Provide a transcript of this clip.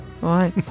Right